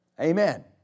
Amen